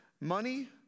money